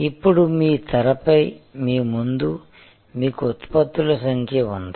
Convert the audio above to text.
ఇప్పుడు మీ తెరపై మీ ముందు మీకు ఉత్పత్తుల సంఖ్య ఉంది